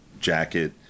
jacket